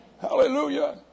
Hallelujah